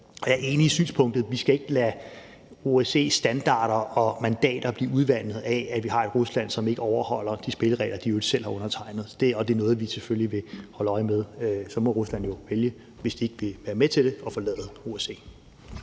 jeg er enig i synspunktet, altså at vi ikke skal lade OSCE's standarder og mandater blive udvandet af, at vi har et Rusland, som ikke overholder de spilleregler, de i øvrigt selv har undertegnet, og det er selvfølgelig noget, vi vil holde øje med. Så må Rusland jo, hvis de ikke vil være med til det, vælge at forlade OSCE.